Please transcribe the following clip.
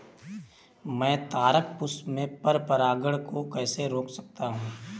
मैं तारक पुष्प में पर परागण को कैसे रोक सकता हूँ?